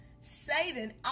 satan